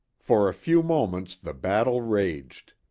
for a few moments the battle raged.